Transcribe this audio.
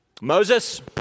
Moses